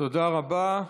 תודה רבה.